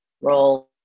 role